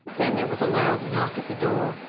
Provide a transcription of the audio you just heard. then there was a loud knock at the door,